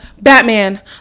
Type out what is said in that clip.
batman